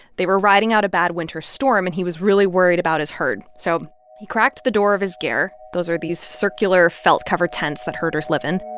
they were riding out a bad winter storm. and he was really worried about his herd. so he cracked the door of his ger, those are these circular, felt-covered tents that herders live in